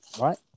right